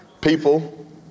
people